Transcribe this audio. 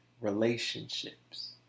relationships